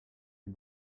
est